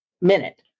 minute